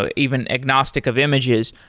ah even agnostic of images,